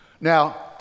Now